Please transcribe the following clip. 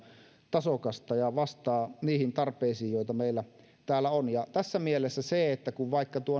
tasokasta ja vastaa niihin tarpeisiin joita meillä täällä on tässä mielessä se että kun vaikka